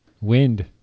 Wind